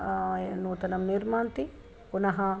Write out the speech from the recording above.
नूतनं निर्मान्ति पुनः